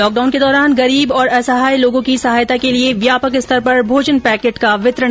lockdown के दौरान गरीब और असहाय लोगों की सहायता के लिए व्यापक स्तर पर किया जा रहा है भोजन पैकेट का वितरण